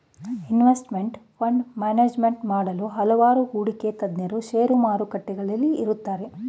investment fund management ಮಾಡಲು ಹಲವಾರು ಹೂಡಿಕೆ ತಜ್ಞರು ಶೇರು ಮಾರುಕಟ್ಟೆಯಲ್ಲಿ ಇರುತ್ತಾರೆ